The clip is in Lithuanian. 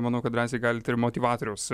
manau kad drąsiai galite ir motyvatoriaus